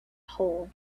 hole